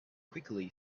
quickly